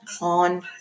on